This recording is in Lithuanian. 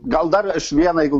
gal dar aš vieną jeigu